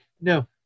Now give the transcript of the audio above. No